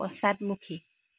পশ্চাদমুখী